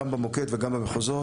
גם במוקד וגם במחוזות.